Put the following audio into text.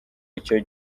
icyo